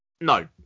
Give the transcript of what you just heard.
No